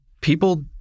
People